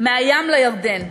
מהים לירדן.